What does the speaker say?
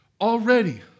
already